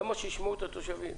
למה שישמעו את התושבים?